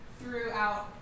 throughout